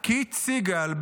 קית' סיגל,